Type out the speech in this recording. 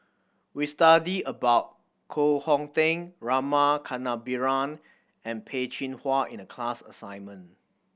we studied about Koh Hong Teng Rama Kannabiran and Peh Chin Hua in the class assignment